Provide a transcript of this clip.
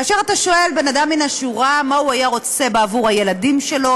כאשר אתה שואל בן אדם מן השורה מה הוא היה רוצה בעבור הילדים שלו,